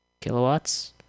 Kilowatts